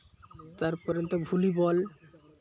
ᱛᱟᱨᱯᱚᱨᱮ ᱱᱤᱛᱚᱜ ᱵᱷᱚᱞᱤᱵᱚᱞ